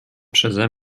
przeze